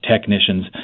technicians